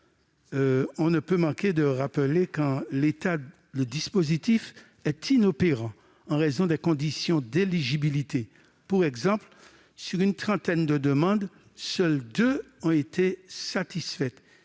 On ne peut manquer de rappeler que le dispositif, en l'état, est inopérant en raison des conditions d'éligibilité. Par exemple, sur une trentaine de demandes, seules deux ont été satisfaites.